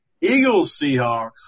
Eagles-Seahawks